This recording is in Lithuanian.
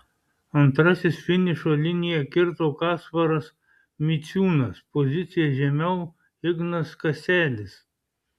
antrasis finišo liniją kirto kasparas miciūnas pozicija žemiau ignas kaselis